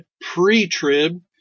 pre-trib